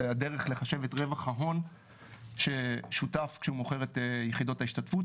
הדרך לחשב את רווח ההון ששותף כשהוא מוכר את יחידות ההשתתפות,